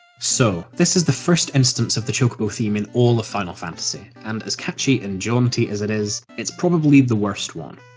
so, this is the first instance of the chocobo theme in all of final fantasy, and as catchy and jaunty as it is, it's probably the worst one.